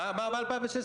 ממשלת ג'ובים.